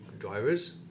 Drivers